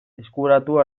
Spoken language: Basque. eskuratu